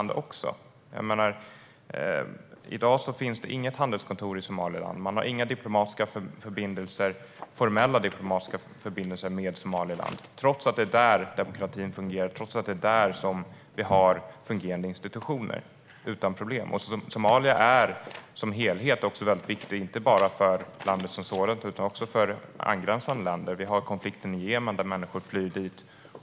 Det finns inget handelskontor i Somaliland, och vi har inga formella diplomatiska förbindelser med Somaliland trots att det finns både demokrati och fungerande institutioner. Somalia är viktigt också för angränsande länder. Människor flyr dit från konflikten i Jemen.